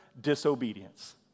disobedience